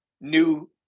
new